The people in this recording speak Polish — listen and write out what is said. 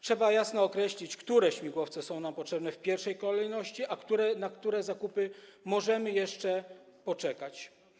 Trzeba jasno określić, które śmigłowce są nam potrzebne w pierwszej kolejności, a na które zakupy możemy jeszcze poczekać.